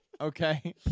Okay